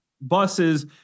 buses